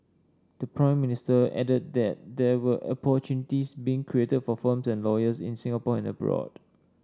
the Prime Minister added that there were opportunities being created for firms and lawyers in Singapore and abroad